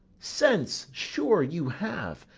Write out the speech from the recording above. sense, sure, you have,